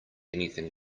anything